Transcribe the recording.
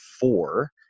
four